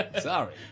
Sorry